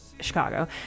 Chicago